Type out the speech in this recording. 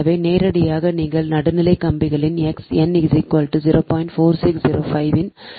எனவே நேரடியாக நீங்கள் நடுநிலை கம்பியின் x n 0